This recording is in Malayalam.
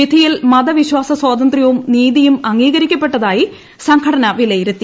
വിധിയിൽ മതവിശ്വാസ സ്വാതന്ത്രൂവും ഗ്ഗീതിയും അംഗീകരിക്കപ്പെട്ടതായി സംഘടിന്റ വീലയിരുത്തി